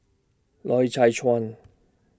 Loy Chye Chuan